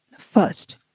First